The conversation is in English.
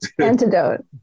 Antidote